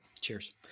Cheers